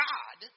God